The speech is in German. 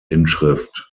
inschrift